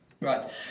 Right